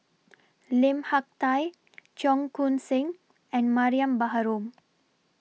Lim Hak Tai Cheong Koon Seng and Mariam Baharom